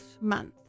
month